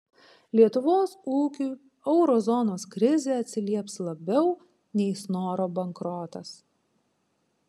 lietuvos ūkiui euro zonos krizė atsilieps labiau nei snoro bankrotas